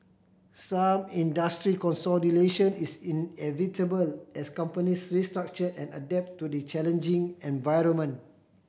some industry consolidation is inevitable as companies restructure and adapt to the challenging environment